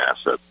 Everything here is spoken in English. asset